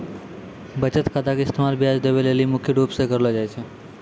बचत खाता के इस्तेमाल ब्याज देवै लेली मुख्य रूप से करलो जाय छै